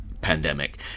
pandemic